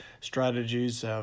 strategies